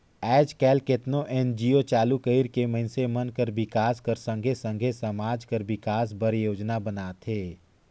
आएज काएल केतनो एन.जी.ओ चालू कइर के मइनसे मन कर बिकास कर संघे संघे समाज कर बिकास बर योजना बनाथे